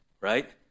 right